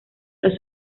los